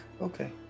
Okay